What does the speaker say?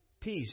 peace